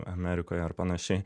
amerikoj ar panašiai